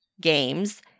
games